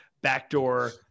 backdoor